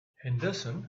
henderson